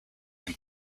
can